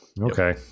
Okay